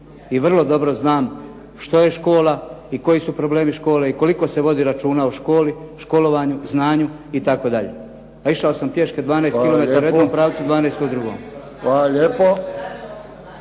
i vrlo dobro znam što je škola i koji su problemi škole i koliko se vodi računa o školovanju, znanju itd. Pa išao sam pješke 12 kilometara u jednom pravcu, 12 u drugom.